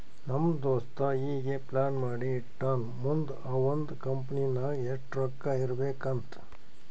ನಮ್ ದೋಸ್ತ ಈಗೆ ಪ್ಲಾನ್ ಮಾಡಿ ಇಟ್ಟಾನ್ ಮುಂದ್ ಅವಂದ್ ಕಂಪನಿ ನಾಗ್ ಎಷ್ಟ ರೊಕ್ಕಾ ಇರ್ಬೇಕ್ ಅಂತ್